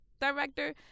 director